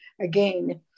again